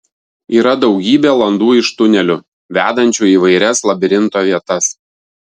yra daugybė landų iš tunelių vedančių į įvairias labirinto vietas